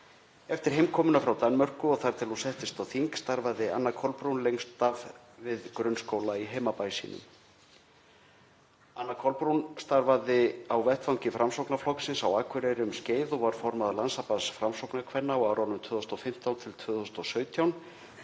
Eftir heimkomuna frá Danmörku og þar til hún settist á þing starfaði Anna Kolbrún lengstum við grunnskóla í heimabæ sínum. Anna Kolbrún Árnadóttir starfaði á vettvangi Framsóknarflokksins á Akureyri um skeið og var formaður Landssambands Framsóknarkvenna á árunum 2015–2017,